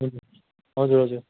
हजुर हजुर हजुर